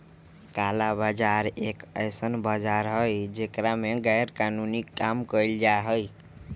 काला बाजार एक ऐसन बाजार हई जेकरा में गैरकानूनी काम कइल जाहई